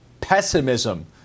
pessimism